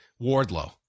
Wardlow